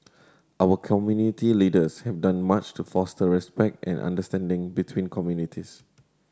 our community leaders have done much to foster respect and understanding between communities